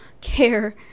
care